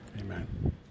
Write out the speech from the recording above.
Amen